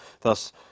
Thus